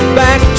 back